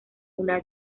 una